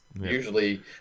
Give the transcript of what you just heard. usually